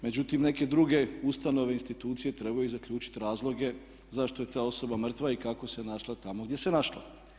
Međutim, neke druge ustanove, institucije trebaju zaključiti razloge zašto je ta osoba mrtva i kako se našla tamo gdje se našla.